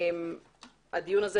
הדיון הזה,